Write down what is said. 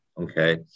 okay